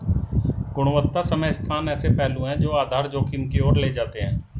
गुणवत्ता समय स्थान ऐसे पहलू हैं जो आधार जोखिम की ओर ले जाते हैं